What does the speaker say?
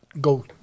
go